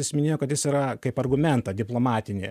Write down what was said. jis minėjo kad jis yra kaip argumentą diplomatinį